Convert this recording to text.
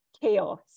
chaos